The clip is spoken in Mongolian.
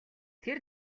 тэр